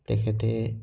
তেখেতে